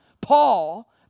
Paul